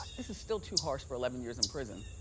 this is still too harsh for eleven years in prison.